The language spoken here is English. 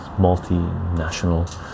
multinational